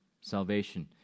salvation